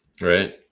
Right